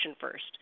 first